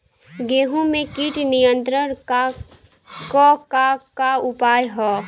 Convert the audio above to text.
गेहूँ में कीट नियंत्रण क का का उपाय ह?